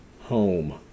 home